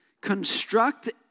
construct